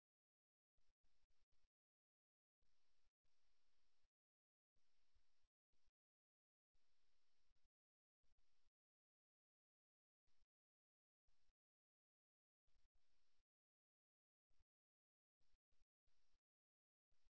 இது உடனடியாக நிறுத்தப்படும் உரையாடலின் திறந்த ஓட்டம் மற்றும் எந்த உரையாடலிலும் தீங்கு விளைவிக்கும் இது நமது கால்விரல்களின் நிலையாகும் இது நமது அணுகுமுறையின் நேர்மறை அல்லது எதிர்மறையை பரிந்துரைக்கிறது